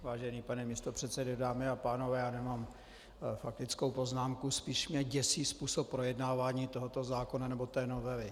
Vážený pane místopředsedo, dámy a pánové, já nemám faktickou poznámku, spíš mě děsí způsob projednávání tohoto zákona, nebo novely.